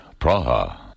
Praha